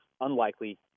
unlikely